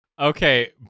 Okay